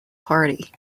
party